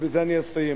ובזה אני אסיים.